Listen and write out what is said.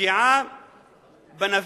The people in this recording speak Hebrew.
פגיעה בנביא,